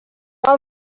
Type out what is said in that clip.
all